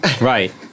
Right